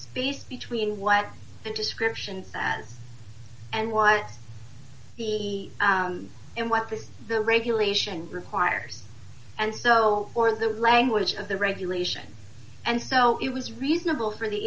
space between what the descriptions and what the and what is the regulation requires and so for the language of the regulation and so it was reasonable for the